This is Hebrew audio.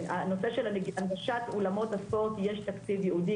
הנושא של הנגשת אולמות הספורט יש תקציב ייעודי,